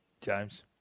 james